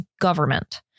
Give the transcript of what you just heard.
government